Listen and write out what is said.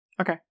Okay